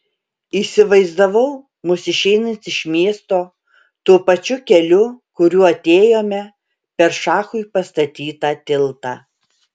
įsivaizdavau mus išeinant iš miesto tuo pačiu keliu kuriuo atėjome per šachui pastatytą tiltą